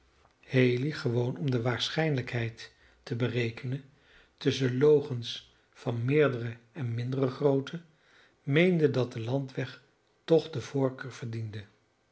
haley gewoon om de waarschijnlijkheid te berekenen tusschen logens van meerdere en mindere grootte meende dat de landweg toch de voorkeur verdiende